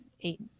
eight